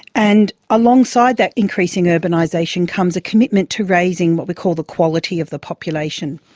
and alongside that increasing urbanisation comes a commitment to raising what we call the quality of the population.